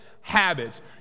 habits